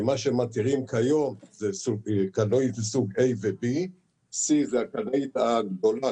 מה שמתירים כיום זה קלנועית מסוג A ו-B; C זה קלנועית גדולה,